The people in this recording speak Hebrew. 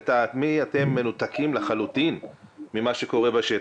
לטעמי, אתם מנותקים לחלוטין ממה שקורה בשטח.